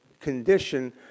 condition